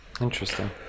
Interesting